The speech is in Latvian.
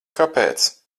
kāpēc